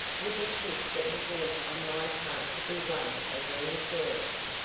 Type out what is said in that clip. with a kiss that was meant on my part to be one of reassurance,